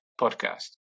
podcast